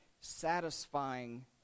satisfying